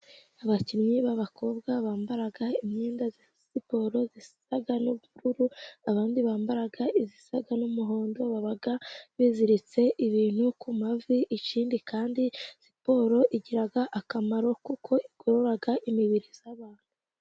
Abakinnyi b'abakobwa bambara imyenda ya siporo isa n'ubururu, abandi bambara isa n'umuhondo, baba biziritse ibintu ku mavi, ikindi kandi siporo igira akamaro kuko igorora imibiri y'abantu.